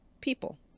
people